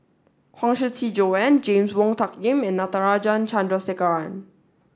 Huang Shiqi Joan James Wong Tuck Yim and Natarajan Chandrasekaran